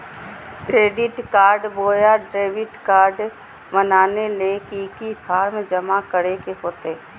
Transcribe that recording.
Credit card बोया debit card बनाने ले की की फॉर्म जमा करे होते?